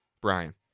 Brian